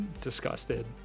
disgusted